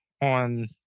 on